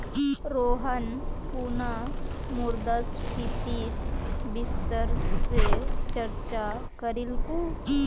रोहन पुनः मुद्रास्फीतित विस्तार स चर्चा करीलकू